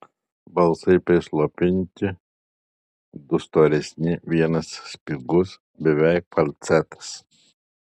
balsai prislopinti du storesni vienas spigus beveik falcetas